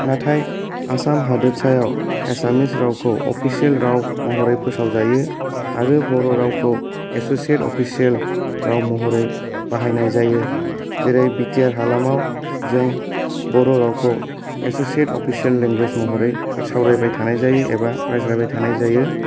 नाथाय आसाम हादोरसायाव एसामिस रावखौ अफिसियेल राव महरै फोसाव जायो आरो बर' रावखौ एस'सिएट अफिसियेल राव महरै बाहायनाय जायो जेरै बि टि आर हालामाव जों बर' रावखौ एस'सिएट अफिसियेल लेंगुवेज महरै सावरायबाय थानाय जायो एबा रायज्लायबाय थानाय जायो